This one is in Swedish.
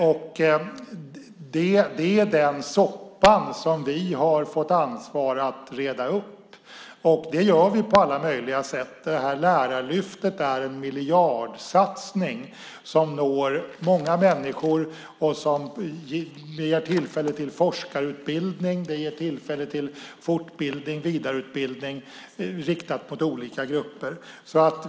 Det är den soppan som vi har fått ansvar att reda upp. Det gör vi på alla möjliga sätt. Lärarlyftet är en miljardsatsning som når många människor och ger tillfälle till forskarutbildning, fortbildning och vidareutbildning riktade till olika grupper.